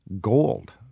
Gold